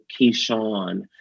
Keyshawn